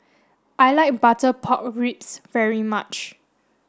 I like butter pork ribs very much